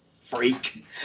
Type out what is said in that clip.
freak